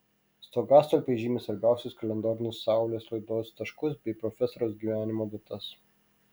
stogastulpiai žymi svarbiausius kalendorinius saulės laidos taškus bei profesoriaus gyvenimo datas